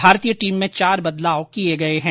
भारतीय टीम में चार बदलाव किए गए हैं